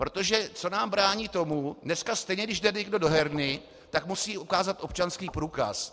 Protože co nám brání v tom, dneska stejně když jde někdo do herny, tak musí ukázat občanský průkaz.